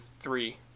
three